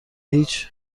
هیچ